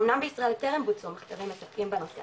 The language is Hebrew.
אולם בישראל טרם התקיימו מחקרים מספקים בנושא